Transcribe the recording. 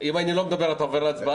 אם אני לא מדבר אתה עובר להצבעה?